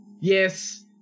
Yes